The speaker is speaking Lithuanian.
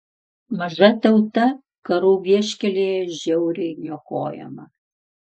maža tauta karų vieškelyje žiauriai niokojama